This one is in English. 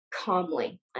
calmly